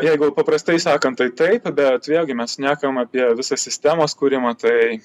jeigu paprastai sakant tai taip bet vėlgi mes šnekam apie visą sistemos kūrimą tai